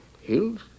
hills